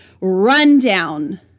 rundown